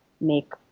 make